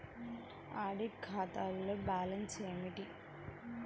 Audit ఖాతాలో balance ఏమిటీ?